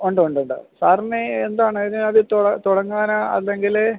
ഉണ്ട് ഉണ്ട് ഉണ്ട് സാറിന് ഈ എന്താണ് ഇതിനകത്ത് തുടങ്ങാനാണോ അല്ലെങ്കിൽ